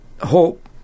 hope